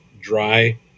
dry